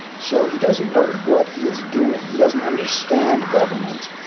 so he doesn't know what he is doing. he doesn't understand government.